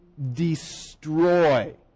destroy